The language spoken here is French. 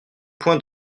point